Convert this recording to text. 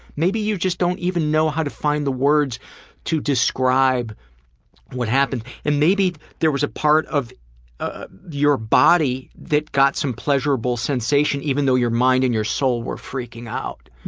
maybe you just don't know how to find the words to describe what happened. and maybe there was a part of ah your body that got some pleasurable sensation even though your mind and your soul were freaking out.